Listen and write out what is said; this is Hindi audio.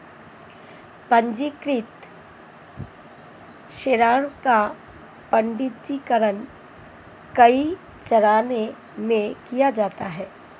पन्जीकृत शेयर का पन्जीकरण कई चरणों में किया जाता है